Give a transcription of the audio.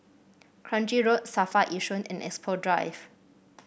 Kranji Road Safra Yishun and Expo Drive